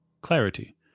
clarity